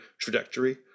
trajectory